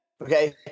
Okay